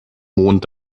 mond